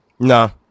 No